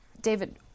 David